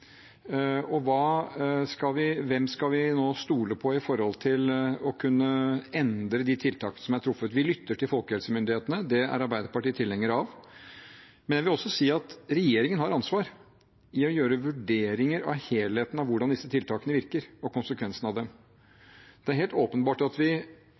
skal stole på med tanke på å kunne endre de tiltak som er truffet. Vi lytter til folkehelsemyndighetene, det er Arbeiderpartiet tilhenger av, men jeg vil også si at regjeringen har et ansvar for å gjøre vurderinger av helheten i hvordan disse tiltakene virker, og konsekvensene av dem. Det er helt åpenbart at vi